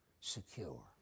secure